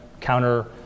counter